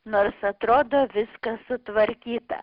nors atrodo viskas sutvarkyta